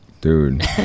dude